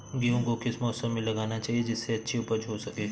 गेहूँ को किस मौसम में लगाना चाहिए जिससे अच्छी उपज हो सके?